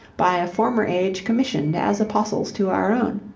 by a former age commissioned as apostles to our own.